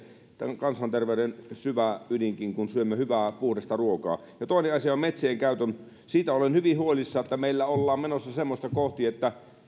tämän kansanterveyden syvä ydinkin kun syömme hyvää puhdasta ruokaa toinen asia on metsien käyttö siitä olen hyvin huolissani että meillä ollaan menossa semmoista kohti että